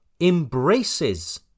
embraces